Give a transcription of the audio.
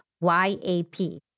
Y-A-P